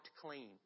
clean